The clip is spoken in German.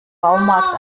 baumarkt